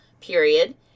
period